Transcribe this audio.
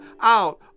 out